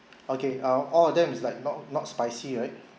okay uh all of them is like not not spicy right